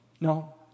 No